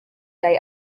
day